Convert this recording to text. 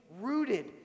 rooted